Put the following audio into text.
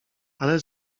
ale